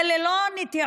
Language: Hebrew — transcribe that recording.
אלה לא נטיעות